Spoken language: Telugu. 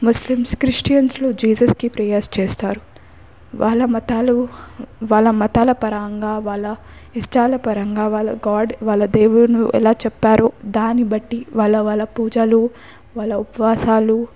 ముస్లిమ్స్ క్రిస్టియన్స్లో జీసస్కి ప్రేయర్స్ చేస్తారు వాళ్ళ మతాలు వాళ్ళ మతాల పరంగా వాళ్ళ ఇష్టాల పరంగా వాళ్ళ గాడ్ వాళ్ళ దేవుడు ఎలా చెప్పారు దాన్నిబట్టి వాళ్ళ వాళ్ళ పూజలు వాళ్ళ ఉపవాసాలు